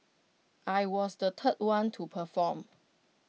I was the third one to perform